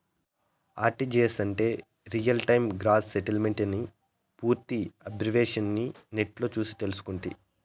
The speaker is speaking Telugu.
ఆర్టీజీయస్ అంటే రియల్ టైమ్ గ్రాస్ సెటిల్మెంటని పూర్తి ఎబ్రివేషను అని నెట్లో సూసి తెల్సుకుంటి